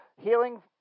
healing